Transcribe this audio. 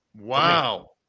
Wow